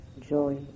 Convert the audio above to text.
joy